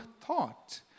thought